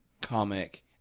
comic